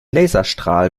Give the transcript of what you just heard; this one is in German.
laserstrahl